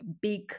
big